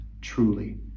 truly